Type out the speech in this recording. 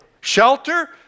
Shelter